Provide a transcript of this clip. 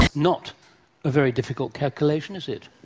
not a very difficult calculation, is it?